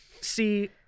See